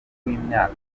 w’imyaka